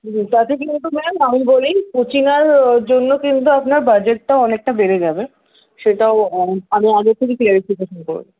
তাতে কি বলুন তো ম্যাম আমি বলি কুচিনার জন্য কিন্তু আপনার বাজেটটাও অনেকটা বেড়ে যাবে সেটাও আমি আগে থেকে ক্ল্যারিফিকেশন করে